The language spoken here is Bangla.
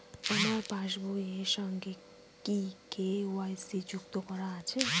আমার পাসবই এর সঙ্গে কি কে.ওয়াই.সি যুক্ত করা আছে?